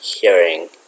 hearing